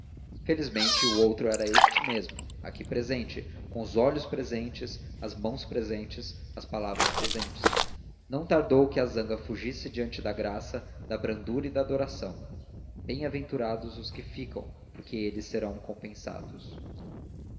felizmente o outro era este mesmo aqui presente com os olhos presentes as mãos presentes as palavras presentes não tardou que a zanga fugisse diante da graça da brandura e da adoração bem-aventurados os que ficam porque eles serão compensados